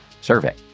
survey